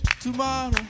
tomorrow